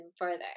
further